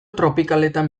tropikaletan